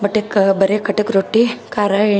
but ಕ ಬರೀ ಖಡಕ್ ರೊಟ್ಟಿ ಖಾರ ಎಣ್ಣೆ